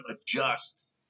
adjust